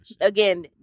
again